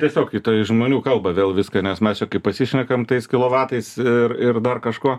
tiesiog į tai žmonių kalbą vėl viską nes mes čia kai pasišnekam tais kilovatais ir ir dar kažkuo